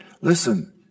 listen